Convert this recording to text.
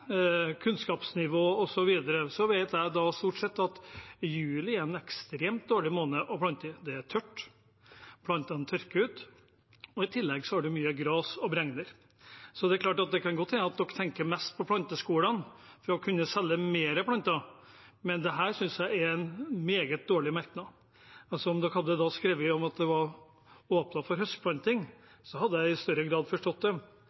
kunnskapsnivå osv. vet jeg at juli stort sett er en ekstremt dårlig måned å plante i. Det er tørt, plantene tørker ut, og i tillegg har en mye gress og bregner. Så er det klart at de tenker mest på planteskolene – å kunne selge mer planter – men dette synes jeg er en meget dårlig merknad. Om de hadde skrevet at de åpnet for høstplanting, hadde jeg i større grad forstått det. Jeg lurer litt på kunnskapsnivået når en ønsker å plante mer skog i det som er den store tørkemåneden. Det